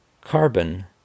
carbon